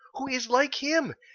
who is like him,